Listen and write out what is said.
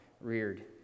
reared